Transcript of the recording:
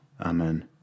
Amen